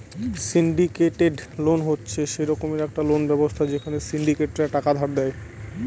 syndicated loan হচ্ছে সে রকমের একটা লোন ব্যবস্থা যেখানে সিন্ডিকেটরা টাকা ধার দেয়